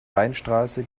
weinstraße